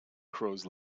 crows